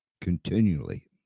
continually